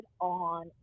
on